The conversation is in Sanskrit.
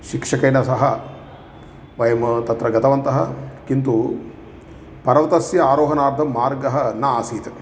शिक्षकेन सह वयं तत्र गतवन्तः किन्तु पर्वतस्य आरोहनार्थं मार्गः न आसीत्